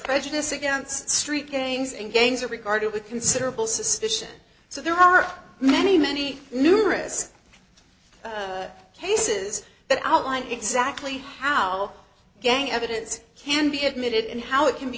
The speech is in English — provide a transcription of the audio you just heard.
prejudice against street gangs and gangs are regarded with considerable suspicion so there are many many numerous cases that outline exactly how gang evidence can be admitted and how it can be